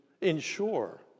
ensure